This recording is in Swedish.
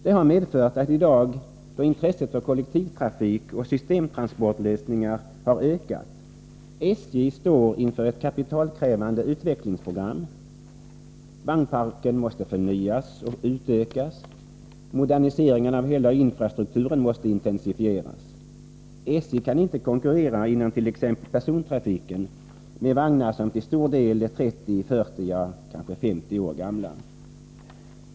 Det har medfört att SJ i dag, då intresset för kollektivtrafik och systemtransportlösningar har ökat, står inför ett kapitalkrävande utvecklingsprogram. Vagnparken måste förnyas och utökas, och moderniseringen av hela infrastrukturen måste intensifieras. SJ kan inte konkurrera inom t.ex. persontrafiken med vagnar som till stor del är 30, 40, ja kanske 50 år gamla.